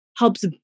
helps